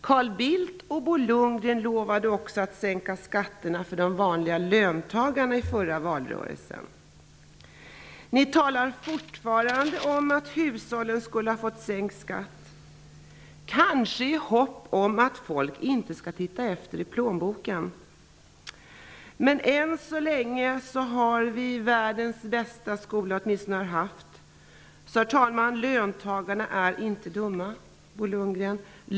Carl Bildt och Bo Lundgren lovade också i förra valrörelsen att sänka skatterna för de vanliga löntagarna. Ni talar fortfarande om att hushållen skulle ha fått sänkt skatt, kanske i hopp om att folk inte skall titta efter i plånboken. Men än så länge har vi världens bästa skola -- åtminste har vi haft det. Herr talman! Löntagarna är inte dumma. Bo Lundgren!